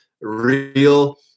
real